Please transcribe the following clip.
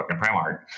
Primark